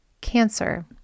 cancer